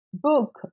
book